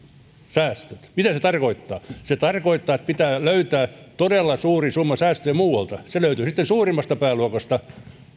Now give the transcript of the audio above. säästöt mitä se tarkoittaa se tarkoittaa että pitää löytää todella suuri summa säästöjä muualta se löytyy sitten suurimmasta pääluokasta